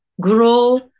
grow